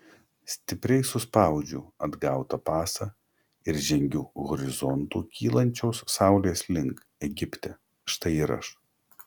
stipriai suspaudžiu atgautą pasą ir žengiu horizontu kylančios saulės link egipte štai ir aš